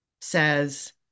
says